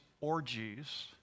orgies